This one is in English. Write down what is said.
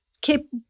keep